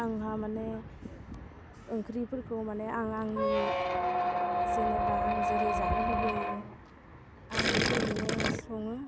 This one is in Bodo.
आंहा माने ओंख्रिफोरखौ माने आं आंनि जेनेबा आं जेरै जानो लुगैयो आं बेबायदिनो सङो